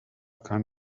kann